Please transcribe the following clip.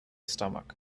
stomach